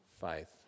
faith